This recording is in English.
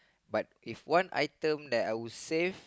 but if one item that I would save